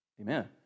Amen